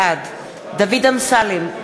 בעד דוד אמסלם,